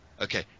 Okay